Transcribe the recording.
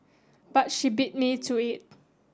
but she beat me to it